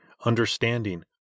understanding